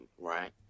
right